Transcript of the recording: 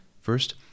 First